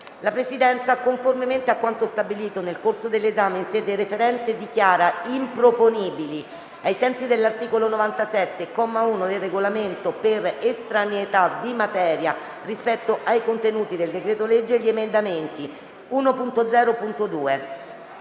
La Presidenza, conformemente a quanto stabilito nel corso dell'esame in sede referente, dichiara improponibili, ai sensi dell'articolo 97, comma 1, del Regolamento, per estraneità di materia rispetto ai contenuti del decreto-legge, gli emendamenti 1.0.2,